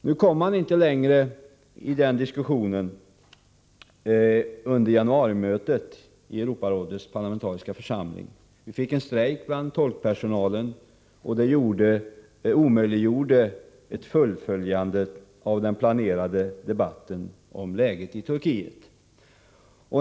Nu kom man inte längre i den diskussionen under januarimötet i Europarådets parlamentariska församling. Vi fick en strejk bland tolkpersonalen, och det omöjliggjorde ett genomförande av den planerade debatten om läget Turkiet.